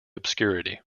obscurity